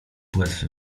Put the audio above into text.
płetwy